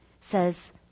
says